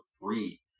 free